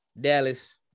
Dallas